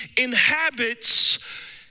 inhabits